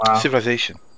civilization